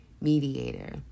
mediator